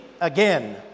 again